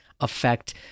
affect